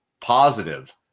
positive